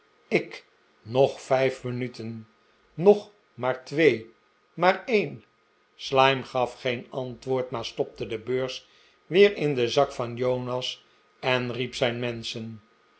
ik nog vijf minuten nog maar twee maar een slyme gaf geen antwoord maar stopte de beurs weer in den zak van jonas en riep zijn menschen